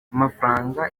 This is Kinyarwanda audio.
amafaranga